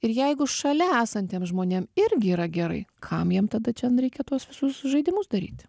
ir jeigu šalia esantiem žmonėm irgi yra gerai kam jiem tada čia reikia tuos visus žaidimus daryti